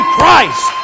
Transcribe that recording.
Christ